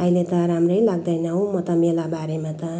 अहिले त राम्रै लाग्दैन हो म त मेला बारेमा त